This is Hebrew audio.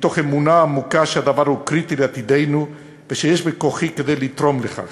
מתוך אמונה עמוקה שהדבר קריטי לעתידנו ושיש בכוחי כדי לתרום לכך.